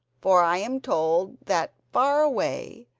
for i am told that, far away,